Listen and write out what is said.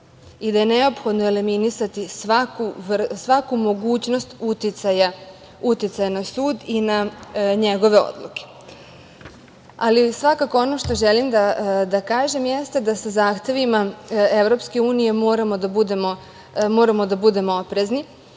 i da je neophodno eliminisati svaku mogućnost uticaja na sud i na njegove odluke. Ono što želim da kažem jeste da sa zahtevima EU moramo da budemo oprezni.